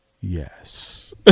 yes